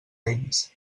eines